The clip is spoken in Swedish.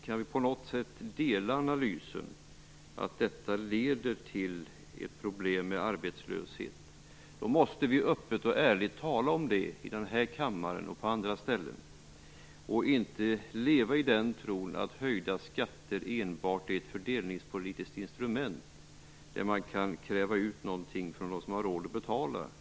Kan vi på något sätt dela analysen att detta leder till ett problem med arbetslöshet, måste vi öppet och ärligt tala om det i den här kammaren och på andra ställen och inte leva i den tron att höjda skatter enbart är ett fördelningspolitiskt instrument och att man kan kräva ut någonting av dem som har råd att betala.